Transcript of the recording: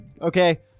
okay